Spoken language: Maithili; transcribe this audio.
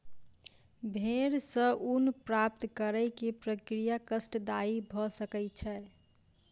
भेड़ सॅ ऊन प्राप्त करै के प्रक्रिया कष्टदायी भ सकै छै